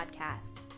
Podcast